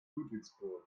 ludwigsburg